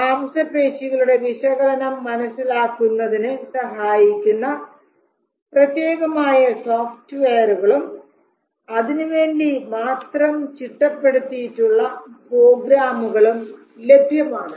മാംസപേശികളുടെ വിശകലനം മനസ്സിലാക്കുന്നതിനു സഹായിക്കുന്ന പ്രത്യേകമായ സോഫ്റ്റ്വെയറുകളും അതിനുവേണ്ടി മാത്രം ചിട്ടപ്പെടുത്തിയിട്ടുള്ള പ്രോഗ്രാമുകളും ലഭ്യമാണ്